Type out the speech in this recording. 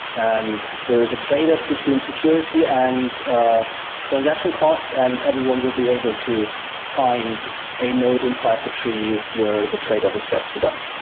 and there is a trade-off between security and transaction costs and everyone will be able to find a node inside the tree where the trade-off is best for them.